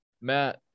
Matt